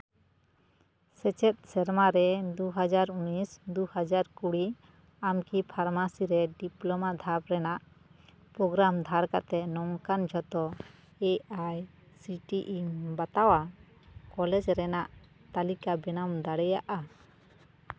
ᱥᱮᱪᱮᱫ ᱥᱮᱨᱢᱟ ᱨᱮ ᱫᱩ ᱦᱟᱡᱟᱨ ᱩᱱᱤᱥ ᱫᱩ ᱦᱟᱡᱟᱨ ᱠᱩᱲᱤ ᱟᱢ ᱠᱤ ᱯᱷᱟᱨᱢᱟᱥᱤ ᱨᱮ ᱰᱤᱯᱞᱳᱢᱟ ᱫᱷᱟᱢ ᱨᱮᱱᱟᱜ ᱯᱨᱳᱜᱨᱟᱢ ᱫᱷᱟᱨ ᱠᱟᱛᱮᱫ ᱱᱚᱝᱠᱟᱱ ᱡᱚᱛᱚ ᱮ ᱟᱭ ᱥᱤ ᱤ ᱵᱟᱛᱟᱣᱟᱜ ᱠᱚᱞᱮᱡᱽ ᱨᱮᱱᱟᱜ ᱛᱟᱹᱞᱤᱠᱟᱢ ᱵᱮᱱᱟᱣ ᱫᱟᱲᱮᱭᱟᱜᱼᱟ